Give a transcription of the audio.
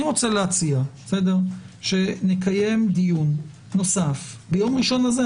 אני רוצה להציע שנקיים דיון נוסף ביום ראשון הזה,